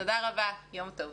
תודה רבה, יום טוב.